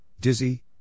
dizzy